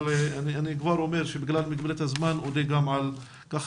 אני כבר אומר שבגלל מגבלת הזמן אודה גם על כך